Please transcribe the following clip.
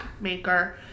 maker